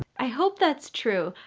i hope that's true.